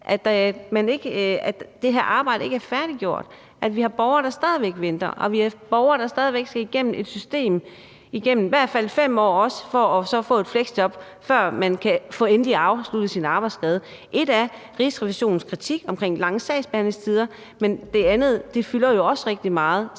at det her arbejde ikke er færdiggjort. Vi har borgere, der stadig væk venter, og vi har borgere, der stadig væk skal igennem et system, i hvert fald igennem 5 år, og så få et fleksjob, før man kan få afsluttet sin arbejdsskade endeligt. Ét er Rigsrevisionens kritik omkring de lange sagsbehandlingstider, men det andet fylder jo også rigtig meget.